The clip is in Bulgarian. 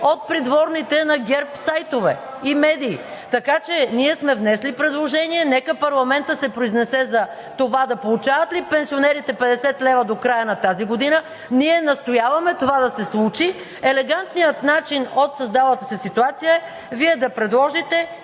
от придворните на ГЕРБ сайтове и медии. Така че ние сме внесли предложение и нека парламентът да се произнесе за това да получават ли пенсионерите 50 лв. до края на тази година. Ние настояваме това да се случи. Елегантният начин от създалата се ситуация е Вие да предложите